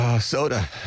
Soda